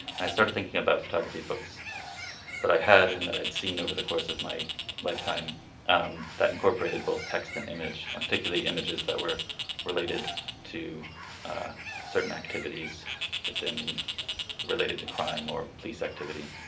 i started thinking about photography books that i had and that i'd seen over the course of my lifetime um that incorporated both text and image and particularly images that were related to certain activities within related to crime or police activity.